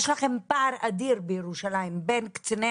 יש לכם פער אדיר בירושלים בין קציני